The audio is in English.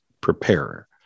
preparer